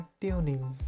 tuning